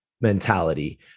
mentality